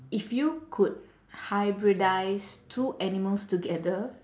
if you could hybridise two animals together